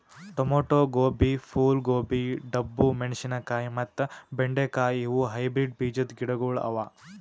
tomato, gobi, phool gobi, ಡಬ್ಬು ಮೆಣಶಿನಕಾಯಿ ಮತ್ತ ಬೆಂಡೆ ಕಾಯಿ ಇವು ಹೈಬ್ರಿಡ್ ಬೀಜದ್ ಗಿಡಗೊಳ್ ಅವಾ